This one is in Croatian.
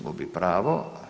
Gubi pravo.